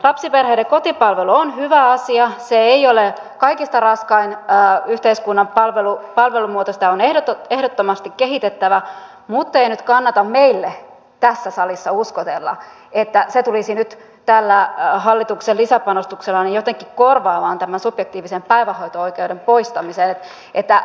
lapsiperheiden kotipalvelu on hyvä asia se ei ole kaikista raskain yhteiskunnan palvelumuoto sitä on ehdottomasti kehitettävä muttei nyt kannata meille tässä salissa uskotella että se tulisi nyt tällä hallituksen lisäpanostuksella jotenkin korvaamaan tämän subjektiivisen päivähoito oikeuden poistamisen